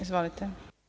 Izvolite.